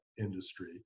industry